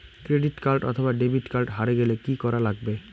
Credit card অথবা debit card হারে গেলে কি করা লাগবে?